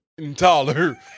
taller